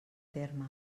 terme